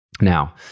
Now